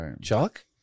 Chuck